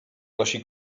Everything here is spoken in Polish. nosi